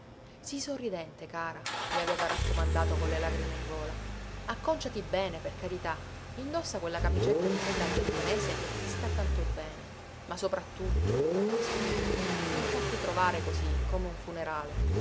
sii sorridente cara le aveva raccomandato con le lagrime in gola acconciati bene per carità indossa quella camicetta di seta giapponese che ti sta tanto bene ma soprattutto te ne scongiuro non farti trovare così come un funerale